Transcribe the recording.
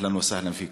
אהלן וסהלן פיכום.